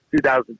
2,000